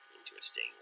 interesting